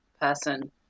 person